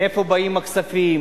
מאיפה באים הכספים,